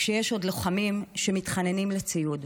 כשיש עוד לוחמים שמתחננים לציוד,